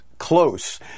close